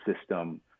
system